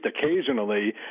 occasionally